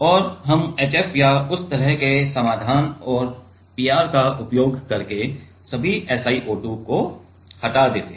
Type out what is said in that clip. और हम HF या उस तरह के समाधान और PR का उपयोग करके सभी SiO2 को हटा देते हैं